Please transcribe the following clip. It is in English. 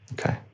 okay